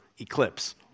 eclipse